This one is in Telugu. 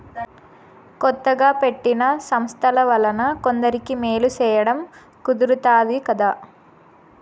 కొత్తగా పెట్టిన సంస్థల వలన కొందరికి మేలు సేయడం కుదురుతాది కదా